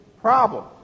problem